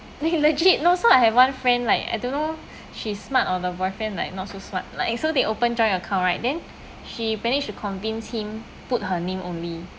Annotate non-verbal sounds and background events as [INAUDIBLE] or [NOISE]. eh legit no so I have one friend like I don't know [BREATH] she's smart or the boyfriend like not so smart like so they open joint account right then she managed to convince him put her name only